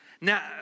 Now